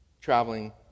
Traveling